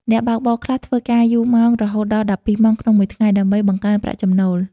អ្នកបើកបរខ្លះធ្វើការយូរម៉ោង រហូតដល់ ១២ ម៉ោងក្នុងមួយថ្ងៃ ដើម្បីបង្កើនប្រាក់ចំណូល។